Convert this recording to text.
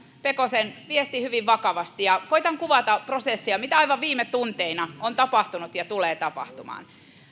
pekosen viestin hyvin vakavasti ja koetan kuvata sitä prosessia mitä aivan viime tunteina on tapahtunut ja tulee tapahtumaan